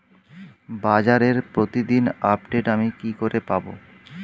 বাজারের প্রতিদিন আপডেট আমি কি করে পাবো?